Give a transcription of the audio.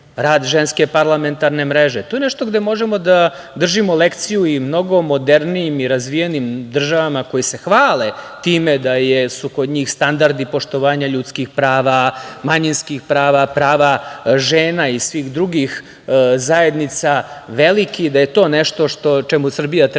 rad Ženske parlamentarne mreže. To je nešto gde možemo da držimo lekciju i mnogo modernijim i razvijenijim državama koje se hvale time da su kod njih standardi poštovanja ljudskih prava, manjinskih prava, prava žena i svih drugih zajednica veliki, da je to nešto čemu Srbija treba